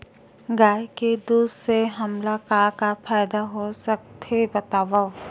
गाय के दूध से हमला का का फ़ायदा हो सकत हे बतावव?